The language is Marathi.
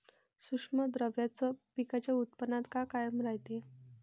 सूक्ष्म द्रव्याचं पिकाच्या उत्पन्नात का काम रायते?